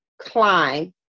climb